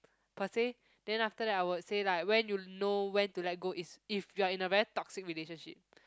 per se then after that I would say like when you know when to let go is if you are in a very toxic relationship